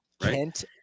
kent